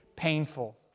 painful